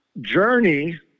Journey